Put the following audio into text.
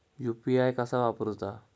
UPI कसा वापरूचा?